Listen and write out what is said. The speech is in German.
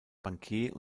bankier